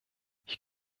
ich